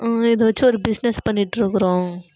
இதை வச்சு ஒரு பிஸ்னஸ் பண்ணிகிட்டுருக்குறோம்